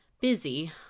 Busy